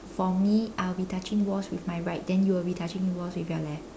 for me I'll be touching walls with my right then you'll be touching walls with your left